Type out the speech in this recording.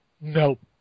Nope